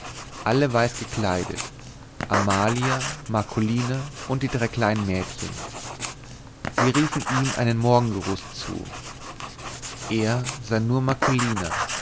alle weiß gekleidet amalia marcolina und die drei kleinen mädchen sie riefen ihm einen morgengruß zu er sah nur marcolina